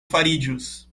fariĝus